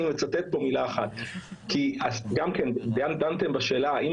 אני מצטט כאן מילה אחת כי דנתם בשאלה האם